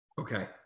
okay